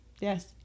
yes